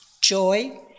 joy